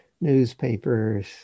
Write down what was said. newspapers